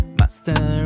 master